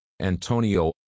Antonio